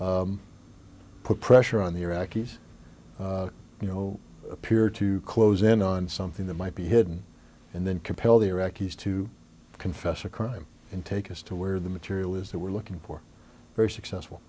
put pressure on the iraqis you know appear to close in on something that might be hidden and then compel the iraqis to confess a crime and take us to where the material is that we're looking for very successful